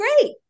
great